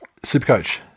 Supercoach